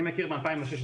אני מכיר מ-2016.